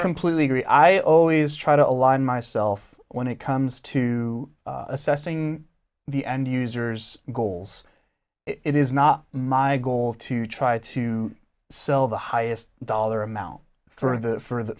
completely agree i always try to align myself when it comes to assessing the end users goals it is not my goal to try to sell the highest dollar amount for the for the